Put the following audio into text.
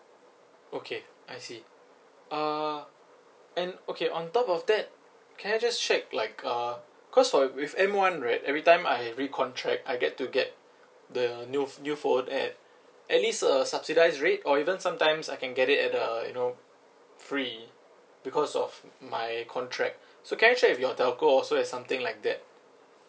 okay I see uh and okay on top of that can I just check like uh cause for with M one right everytime I recontract I get to get the new new phone at at least a subsidised rate or even sometimes I can get it at the you know free because of my contract so can I check with your telco also has something like that